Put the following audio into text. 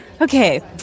Okay